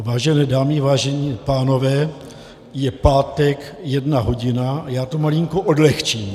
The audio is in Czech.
Vážené dámy, vážení pánové, je pátek jedna hodina a já to malinko odlehčím.